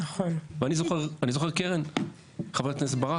ואני זוכר, חברת הכנסת ברק